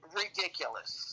ridiculous